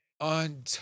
on